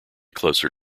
closer